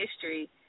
history